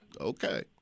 Okay